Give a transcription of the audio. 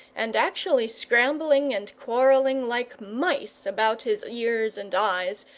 and actually scrambling and quarrelling like mice about his ears and eyes,